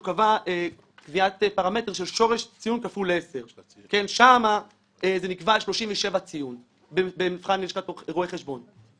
הוא קבע קביעת פרמטר של שורש ציון כפול 10. שם נקבע הציון על 37 במבחן בלשכת רואי חשבון.